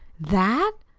that?